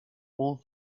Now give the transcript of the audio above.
all